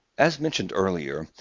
as mentioned earlier,